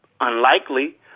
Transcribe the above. Unlikely